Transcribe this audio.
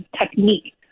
technique